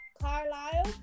Carlisle